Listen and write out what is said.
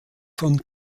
von